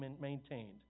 maintained